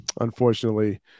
unfortunately